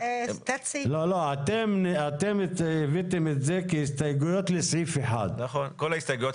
אבל אתה כנראה נהגת כך כלפי ח"כ אחד מיוחד,